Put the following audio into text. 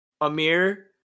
amir